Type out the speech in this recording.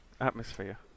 Atmosphere